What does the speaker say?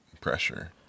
pressure